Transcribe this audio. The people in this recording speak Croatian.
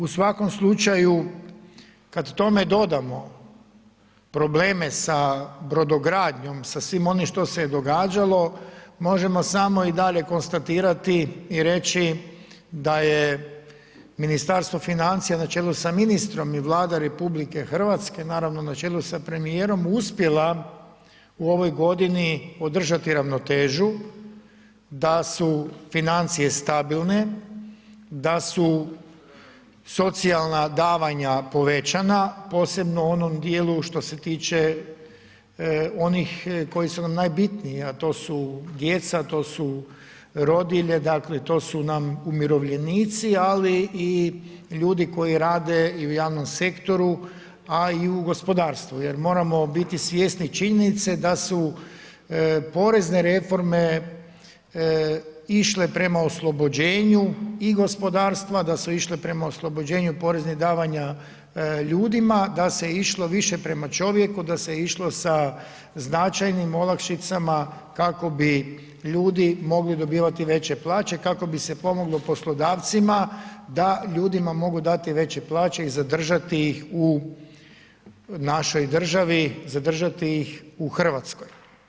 U svakom slučaju kad tome dodamo probleme sa brodogradnjom, sa svim onim što se je događalo, možemo samo i dalje konstatirati i reći da je Ministarstvo financija na čelu sa ministrom i Vlada RH naravno na čelu sa premijerom, uspjela u ovoj godini održati ravnotežu, da su financije stabilne, da su socijalna davanja povećana, posebno u onom djelu što se tiče onih koji su nam najbitniji a to su djeca, to su rodilje, dakle to su nam umirovljenici ali i ljudi koji rade i u javnom sektoru a i u gospodarstvu jer moramo biti svjesni činjenice da su porezne reforme išle prema oslobođenju i gospodarstva, da su išle prema oslobođenju poreznih davanja ljudima, da se išlo više prema čovjeku, da se išlo sa značajnim olakšicama kako bi ljudi mogli dobivati veće plaće, kako bi se pomoglo poslodavcima da ljudima mogu dati veće plaće i zadržati ih u našoj državi, zadržati ih u Hrvatskoj.